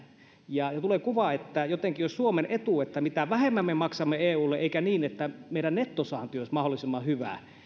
ja tulee kuva että jotenkin olisi suomen etu mitä vähemmän me maksamme eulle eikä niin että meidän nettosaanti olisi mahdollisimman hyvä